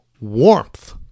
warmth